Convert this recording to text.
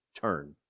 turn